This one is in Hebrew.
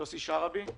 יוסי שרעבי.